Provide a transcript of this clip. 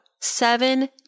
seven